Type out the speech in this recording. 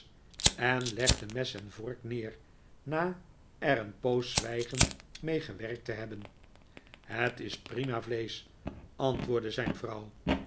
en legde mes en vork neer na er een poos z wij geridmee gewerkt te hebben het is prima vleesch antwoordde zijn vrouw